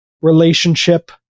relationship